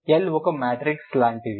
L ఒక matrix లాంటిది